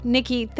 Nikki